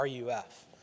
RUF